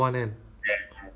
so